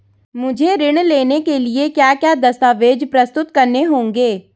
मुझे ऋण लेने के लिए क्या क्या दस्तावेज़ प्रस्तुत करने होंगे?